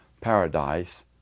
paradise